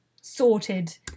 Sorted